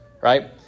right